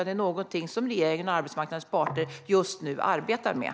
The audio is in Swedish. Det är någonting som regeringen och arbetsmarknadens parter just nu arbetar med.